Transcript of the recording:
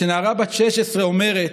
כשנערה בת 16 אומרת: